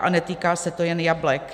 A netýká se to jen jablek.